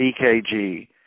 EKG